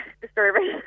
disturbing